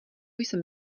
jsem